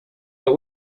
but